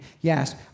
Yes